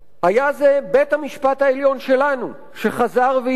היה זה בית-המשפט העליון שלנו שחזר והזהיר